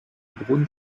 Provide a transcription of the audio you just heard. braun